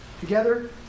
Together